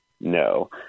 No